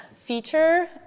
feature